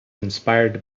inspired